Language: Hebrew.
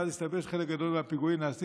ואז הסתבר שחלק גדול מהפיגועים נעשה